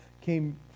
came